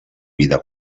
vida